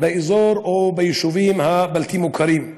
באזור או ביישובים הבלתי-מוכרים.